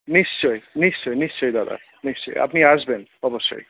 নিশ্চয়ই নিশ্চয়ই নিশ্চয়ই দাদা নিশ্চয়ই আপনি আসবেন অবশ্যই